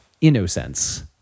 innocence